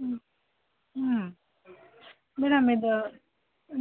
ಹ್ಞೂ ಹ್ಞೂ ಮೇಡಮ್ ಇದು